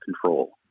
control